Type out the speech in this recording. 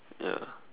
ya